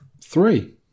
Three